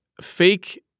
fake